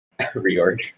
Reorg